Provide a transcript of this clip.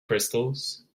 crystals